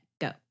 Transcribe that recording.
go